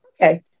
okay